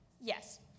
Yes